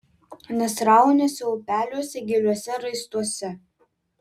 nesrauniuose upeliuose giliuose raistuose